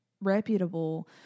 reputable